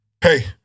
hey